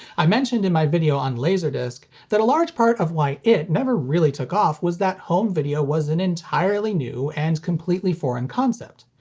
i mentioned in my video on laserdisc that a large part of why it never really took off was that home video was an entirely new, and completely foreign concept.